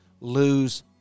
lose